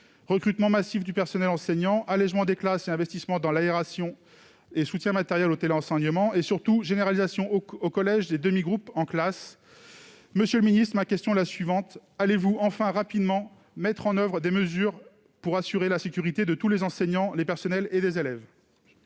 recrutement massif de personnels enseignants, allégement des classes, investissement dans l'aération, soutien matériel au téléenseignement et, surtout, généralisation au collège des classes en demi-groupes. Monsieur le ministre, ma question est la suivante : allez-vous enfin rapidement mettre en oeuvre des mesures pour assurer la sécurité de tous les enseignants, personnels et élèves ?